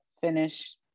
finish